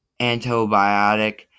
antibiotic